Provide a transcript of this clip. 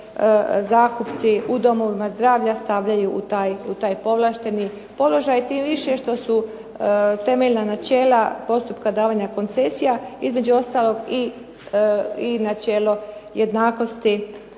zakupci u domovima zdravlja stavljaju u taj povlašteni položaj, tim više što su temeljna načela postupka davanja koncesija između ostalog i načelo jednakosti,